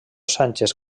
sánchez